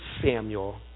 Samuel